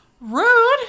Rude